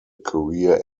career